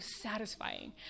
satisfying